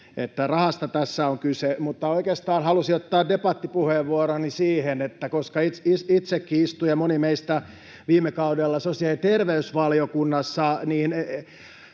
rahasta tässä on kyse. Mutta oikeastaan halusin ottaa debattipuheenvuoroni siihen, että koska itsekin istuin ja moni meistä viime kaudella sosiaali- ja terveysvaliokunnassa, niin